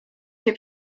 się